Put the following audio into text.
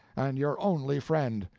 and your only friend.